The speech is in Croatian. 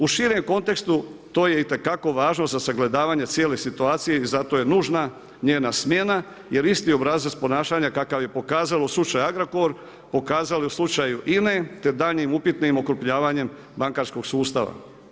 U širem kontekstu to je itekako važno za sagledavanje cijele situacije i zato je nužna njena smjena jer isti obrazac ponašanja kakav je pokazala u slučaju Agrokor pokazala je u slučaju INA-e te daljnjim upitnim okrupnjavanjem bankarskog sustava.